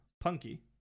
punky